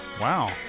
Wow